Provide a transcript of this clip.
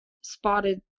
spotted